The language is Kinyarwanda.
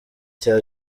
cya